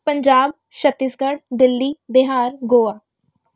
Punjab Chhattisgarh Delhi Bihar Goa